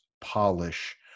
polish